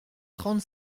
trente